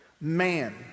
man